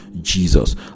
jesus